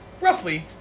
roughly